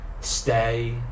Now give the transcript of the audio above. stay